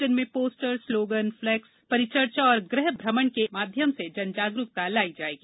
जिनमें poster slogan flex परिचर्चा एवं गृह भ्रमण के माध्यम से जनजागरुकता लाई जायेगी